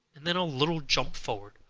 and then a little jump forward.